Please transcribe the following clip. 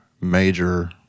major